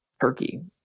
Turkey